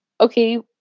okay